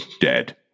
Dead